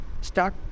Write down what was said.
start